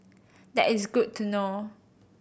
that is good to know